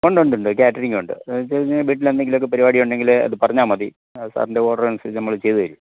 ഉണ്ടുണ്ടുണ്ട് കാറ്ററിങ്ങുണ്ട് എന്നുവെച്ചുകഴിഞ്ഞാല് വീട്ടിലെന്തെങ്കിലുമൊക്കെ പരിപാടി ഉണ്ടെങ്കില് അത് പറഞ്ഞാല് മതി സാറിന്റെ ഓര്ഡര് അനുസരിച്ച് നമ്മള് ചെയ്തുതരും